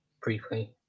briefly